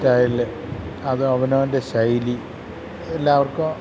style അത് അവനവൻ്റെ ശൈലി എല്ലാവർക്കും